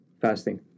Fasting